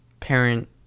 parent